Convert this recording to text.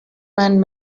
man